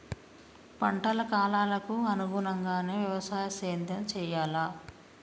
పంటల కాలాలకు అనుగుణంగానే వ్యవసాయ సేద్యం చెయ్యాలా?